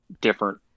different